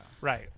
Right